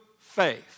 faith